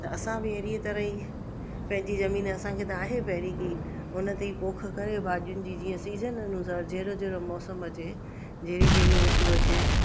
असां बि अहिड़ीअ तरह ई पंहिंजी ज़मीन त असांखे आहे पहिरीं की उन ते ई पोख करे भाॼियुनि जी जीअं सीजन अनुसारु जहिड़ो जहिड़ो मौसम अचे जहिड़ी जहिड़ी ॠतु अचे